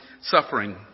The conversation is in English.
suffering